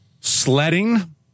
sledding